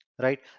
right